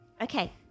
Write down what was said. okay